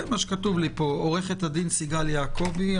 עו"ד סיגל יעקבי,